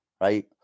right